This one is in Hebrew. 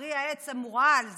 פרי העץ המורעל,